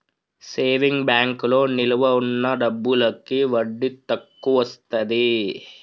saving బ్యాంకులో నిలవ ఉన్న డబ్బులకి వడ్డీ తక్కువొస్తది